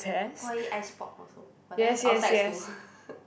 all eat ice pop also but that one is outside school